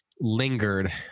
lingered